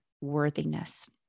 worthiness